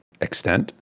extent